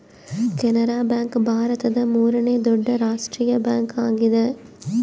Canara bank ಭಾರತದ ಮೂರನೇ ದೊಡ್ಡ ರಾಷ್ಟ್ರೀಯ ಬ್ಯಾಂಕ್ ಆಗಿದೆ